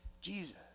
Jesus